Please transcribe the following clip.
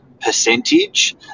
percentage